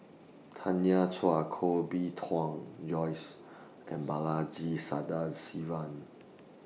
Tanya Chua Koh Bee Tuan Joyce and Balaji Sadasivan